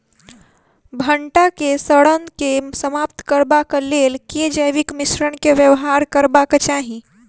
भंटा केँ सड़न केँ समाप्त करबाक लेल केँ जैविक मिश्रण केँ व्यवहार करबाक चाहि?